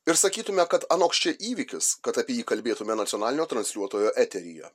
ir sakytume kad anoks čia įvykis kad apie jį kalbėtume nacionalinio transliuotojo eteryje